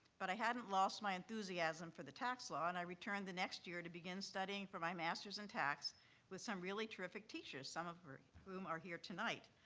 but i hadn't lost my enthusiasm for the tax law, and i returned the next year to begin studying for my masters in tax with some really terrific teachers, some of whom are here tonight.